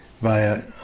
via